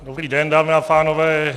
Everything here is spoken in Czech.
Dobrý den, dámy a pánové.